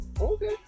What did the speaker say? Okay